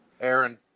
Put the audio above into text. Aaron